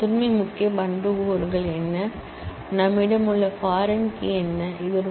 முதன்மை முக்கிய ஆட்ரிபூட்ஸ் என்ன மேலும் இதில் நம்மிடம் உள்ள பாரின் கீ கள் என்ன என சொல்கிறது